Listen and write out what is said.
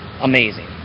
amazing